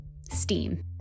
steam